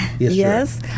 Yes